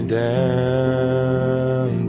down